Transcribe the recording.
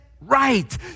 right